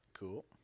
Cool